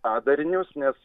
padarinius nes